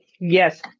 Yes